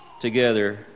together